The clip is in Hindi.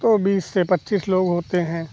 तो बीस से पच्चीस लोग होते हैं